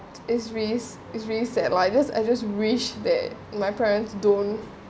is risk is really sad like this I just wish that my parents don't